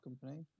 company